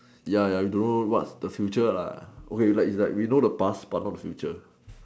ya ya we don't know what the future lah okay it's like it's like we know the past but not the future